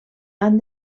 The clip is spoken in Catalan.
han